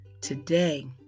today